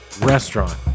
restaurant